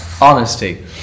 honesty